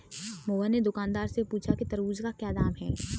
मोहन ने दुकानदार से पूछा कि तरबूज़ का क्या दाम है?